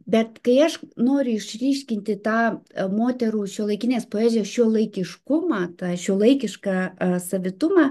bet kai aš noriu išryškinti tą moterų šiuolaikinės poezijos šiuolaikiškumą tą šiuolaikišką savitumą